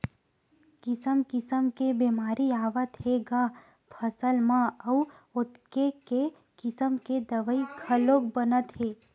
किसम किसम के बेमारी आवत हे ग फसल म अउ ओतके किसम के दवई घलोक बनत हे